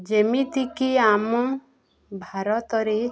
ଯେମିତିକି ଆମ ଭାରତରେ